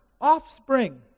offspring